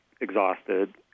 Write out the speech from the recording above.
exhausted